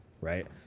right